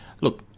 look